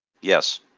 Yes